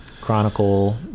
Chronicle